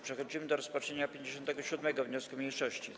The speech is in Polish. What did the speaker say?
Przechodzimy do rozpatrzenia 57. wniosku mniejszości.